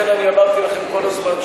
ולכן אמרתי לכם כל הזמן,